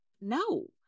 no